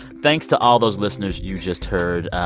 thanks to all those listeners you just heard.